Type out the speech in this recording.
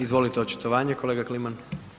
Izvolite, očitovanje kolega Kliman.